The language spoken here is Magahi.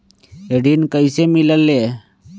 ऋण कईसे मिलल ले?